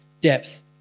depth